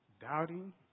doubting